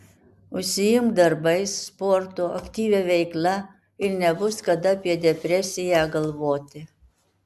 užsiimk darbais sportu aktyvia veikla ir nebus kada apie depresiją galvoti